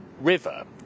River